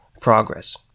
progress